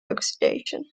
oxidation